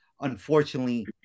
Unfortunately